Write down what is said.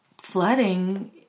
flooding